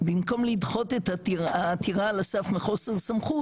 במקום לדחות את העתירה על הסף מחוסר סמכות,